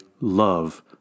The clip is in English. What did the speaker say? love